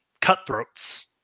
cutthroats